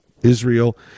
Israel